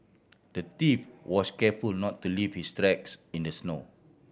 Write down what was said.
the thief was careful not to leave his tracks in the snow